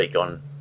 on